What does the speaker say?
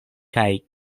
kaj